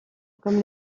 comme